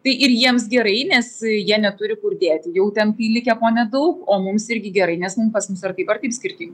tai ir jiems gerai nes jie neturi kur dėti jau ten kai likę po nedaug o mums irgi gerai nes pas mus ar taip ar taip skirtingi